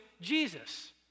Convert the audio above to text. Jesus